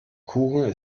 kuchen